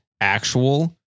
actual